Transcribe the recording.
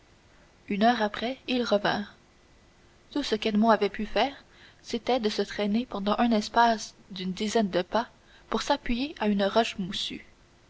une heure après ils revinrent tout ce qu'edmond avait pu faire c'était de se traîner pendant un espace d'une dizaine de pas pour s'appuyer à une roche moussue